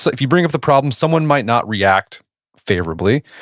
like if you bring up the problem, someone might not react favorably,